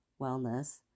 wellness